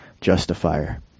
justifier